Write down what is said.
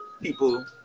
People